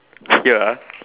ya